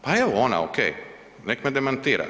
Pa evo, ona, oke, nek me demantira.